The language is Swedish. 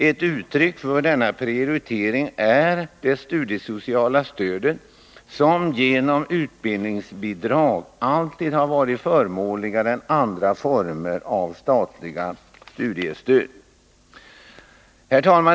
Ett uttryck för denna prioritering är det studiesociala stödet, som genom utbildningsbidrag alltid har varit förmånligare än andra former av statligt studiestöd.